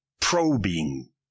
probing